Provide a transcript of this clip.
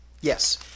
Yes